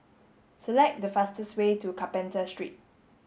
select the fastest way to Carpenter Street